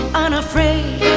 unafraid